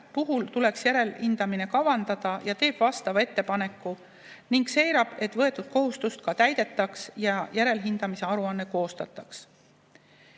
puhul tuleks järelhindamine kavandada, teeb vastava ettepaneku ning seirab, et võetud kohustust ka täidetaks ja järelhindamise aruanne koostataks.